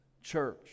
church